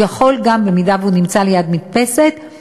אם הוא נמצא ליד מדפסת,